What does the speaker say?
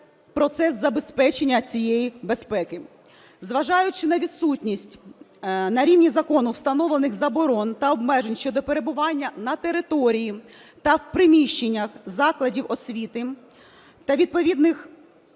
процес забезпечення цієї безпеки. Зважаючи на відсутність на рівні закону встановлених заборон та обмежень щодо перебування на території та в приміщеннях закладів освіти та відповідних